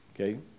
okay